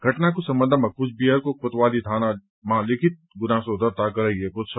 घटनाको सम्बन्धमा कुचबिहारको कोतवाली थानामा लिखित गुनासो दर्ता गराइएको छ